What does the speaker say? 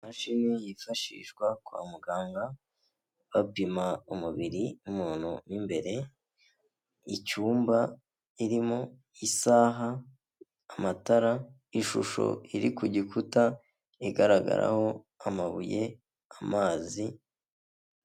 Imashini yifashishwa kwa muganga bapima umubiri w'umuntu mo imbere, icyumba irimo isaha, amatara, ishusho iri ku gikuta igaragaraho amabuye, amazi.